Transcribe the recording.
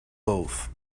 both